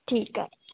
ठीकु आहे